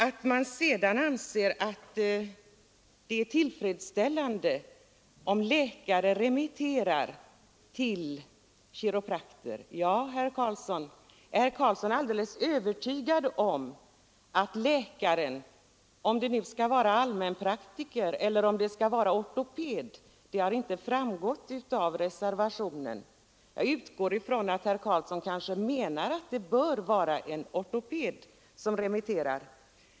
Reservanterna anser att det är tillfredsställande om läkare remitterar till kiropraktor. Det har inte framgått av reservationen om läkaren skall vara allmänpraktiker eller ortoped, men jag utgår från att herr Carlsson menar att det bör vara en ortoped som remitterar.